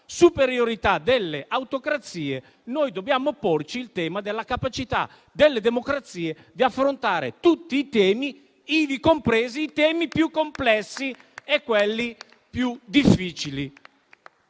superiorità delle autocrazie, dobbiamo porci il tema della capacità delle democrazie di affrontare tutti i temi, ivi compresi quelli più complessi e quelli più difficili.